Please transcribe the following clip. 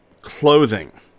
Clothing